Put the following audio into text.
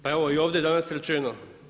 Pa evo, i ovdje je danas rečeno.